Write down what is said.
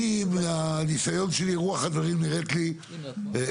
אני , מניסיון שלי, רוח הדברים נראית לי נכונה.